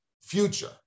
future